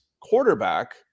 quarterback